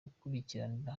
gukurikiranira